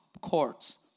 courts